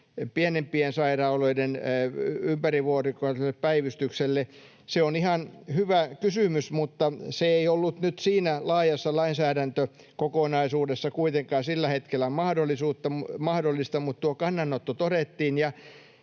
pienempien sairaaloiden ympärivuorokautiselle päivystykselle. Se on ihan hyvä kysymys, mutta se ei ollut nyt siinä laajassa lainsäädäntökokonaisuudessa kuitenkaan sillä hetkellä mahdollista, mutta tuo kannanotto todettiin.